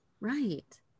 right